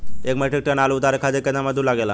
एक metric ton आलू उतारे खातिर केतना मजदूरी लागेला?